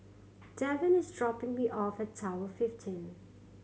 Devin is dropping me off at Tower fifteen